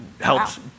helps